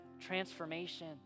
transformation